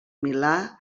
milà